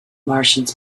martians